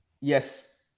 Yes